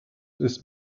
ist